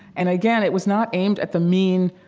and again, it was not aimed at the mean,